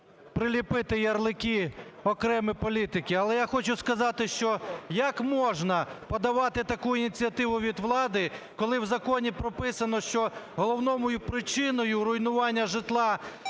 приліпити ярлики окремі політики. Але я хочу сказати, що як можна подавати таку ініціативу від влади, коли в законі прописано, що головною причиною руйнування житла